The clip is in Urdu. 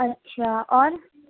اچھا اور